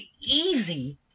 easy